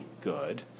good